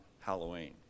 Halloween